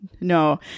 No